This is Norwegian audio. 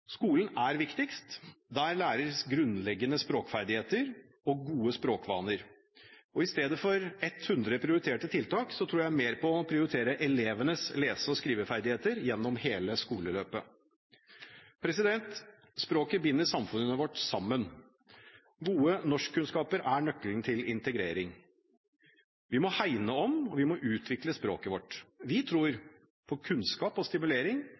Skolen er viktigst. Der læres grunnleggende språkferdigheter og gode språkvaner. I stedet for 100 prioriterte tiltak tror jeg mer på å prioritere elevenes lese- og skriveferdigheter gjennom hele skoleløpet. Språket binder samfunnet vårt sammen. Gode norskkunnskaper er nøkkelen til integrering. Vi må hegne om og utvikle språket vårt. Vi tror på kunnskap og stimulering